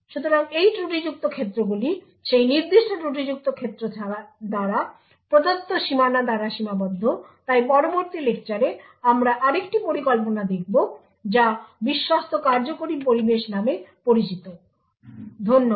সুতরাং এই ত্রুটিযুক্ত ক্ষেত্রগুলি সেই নির্দিষ্ট ত্রুটিযুক্ত ক্ষেত্র দ্বারা প্রদত্ত সীমানা দ্বারা সীমাবদ্ধ তাই পরবর্তী লেকচারে আমরা আরেকটি পরিকল্পনা দেখব যা বিশ্বস্ত কার্যকরি পরিবেশ নামে পরিচিত ধন্যবাদ